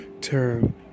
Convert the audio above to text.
term